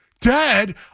Dad